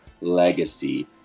legacy